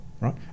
right